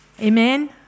Amen